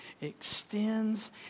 extends